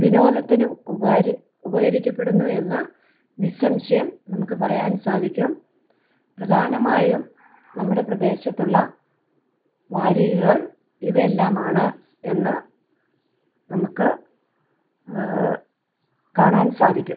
വിനോദത്തിനും ഉപകരിക്കപ്പെടുന്നു എന്ന് നിസ്സംശയം നമുക്ക് പറയാൻ സാധിക്കും പ്രധാനമായും നമ്മുടെ പ്രദേശത്തുള്ള വാരികകൾ ഇവ എല്ലാമാണ് എന്നു നമുക്ക് കാണാൻ സാധിക്കും